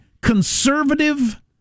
conservative